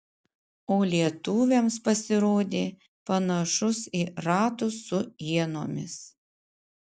o lietuviams pasirodė panašus į ratus su ienomis